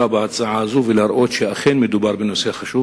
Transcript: בהצעה הזאת ואראה שאכן מדובר בנושא חשוב,